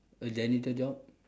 a janitor job